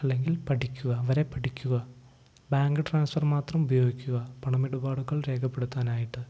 അല്ലെങ്കിൽ പഠിക്കുക അവരെ പഠിക്കുക ബാങ്ക് ട്രാൻസ്ഫർ മാത്രം ഉപയോഗിക്കുക പണമിടുപാടുകൾ രേഖപ്പെടുത്താനായിട്ട്